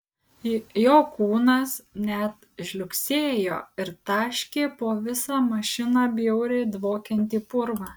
jo kūnas net žliugsėjo ir taškė po visą mašiną bjauriai dvokiantį purvą